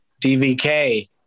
DVK